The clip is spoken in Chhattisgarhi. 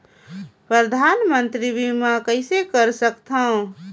परधानमंतरी बीमा कइसे कर सकथव?